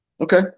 Okay